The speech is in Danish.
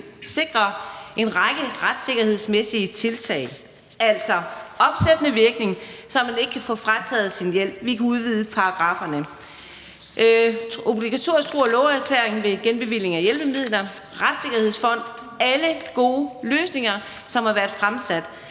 sikre en række retssikkerhedsmæssige tiltag? Det drejer sig f.eks. om opsættende virkning, så man ikke kan få frataget sin hjælp – vi kan udvide paragrafferne; obligatorisk tro og love-erklæring ved genbevilling af hjælpemidler; en retssikkerhedsfond. Det er alle gode løsninger, som er blevet foreslået.